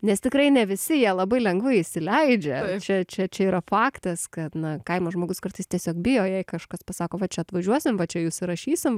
nes tikrai ne visi jie labai lengvai įsileidžia čia čia čia yra faktas kad na kaimo žmogus kartais tiesiog bijo jei kažkas pasako čia atvažiuosim va čia jūs įrašysim